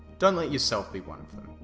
don't let yourself be one of them.